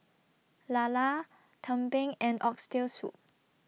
Lala Tumpeng and Oxtail Soup